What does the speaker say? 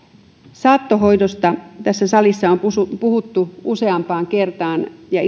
saattohoidosta tässä salissa on puhuttu useampaan kertaan ja